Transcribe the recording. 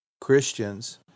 Christians